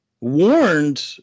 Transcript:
warned